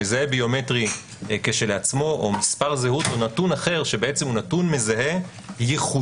מזהה ביומטרי כשלעצמו או מספר זהות או נתון אחר שהוא נתון מזהה ייחודי,